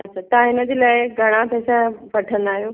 अच्छा तव्हां हिनजे लाइ घणा पैसा वठंदा आहियो